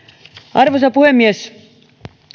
arvoisa puhemies